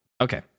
Okay